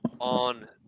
on